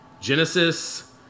Genesis